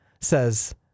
says